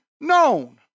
known